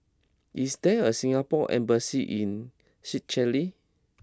is there a Singapore embassy in Seychelles